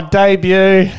debut